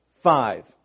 five